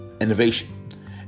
innovation